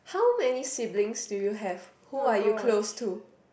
how many siblings do you have who are you close to